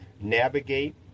navigate